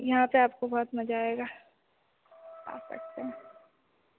यहाँ पर आपको बहुत मज़ा आएगा